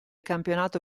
campionato